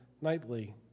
nightly